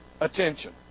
attention